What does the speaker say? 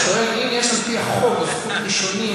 לא, אני שואל, אם יש על-פי החוק זכות ראשונים